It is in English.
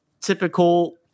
typical